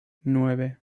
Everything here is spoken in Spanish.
nueve